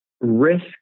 risk